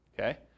Okay